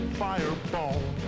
fireball